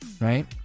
right